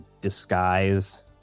disguise